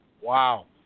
Wow